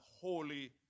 holy